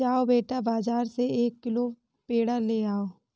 जाओ बेटा, बाजार से एक किलो पेड़ा ले आओ